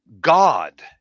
God